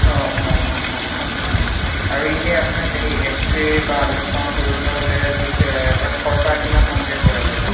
অঁ অঁ অঁ অঁ অঁ অঁ আৰু এনে আপোনাৰ হেৰি এক্স ৰে বা আল্ট্ৰাচাউণ্ড কৰিব হ'লে য'তে তাত খৰচা কিমানমানকৈ পৰে বাৰু